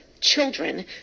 children